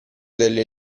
delle